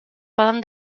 poden